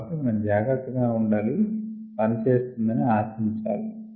కాబట్టి మనం జాగ్రత్తగా ఉండాలి పనిచేస్తుందని ఆశించాలి